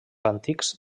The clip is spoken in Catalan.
antics